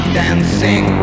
dancing